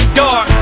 dark